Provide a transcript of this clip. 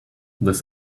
this